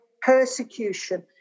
persecution